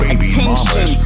Attention